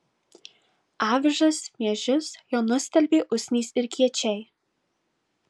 avižas miežius jau nustelbė usnys ir kiečiai